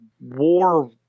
war